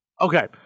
Okay